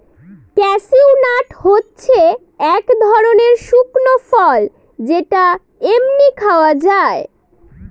cashew nut হচ্ছে এক ধরনের শুকনো ফল যেটা এমনি খাওয়া যায়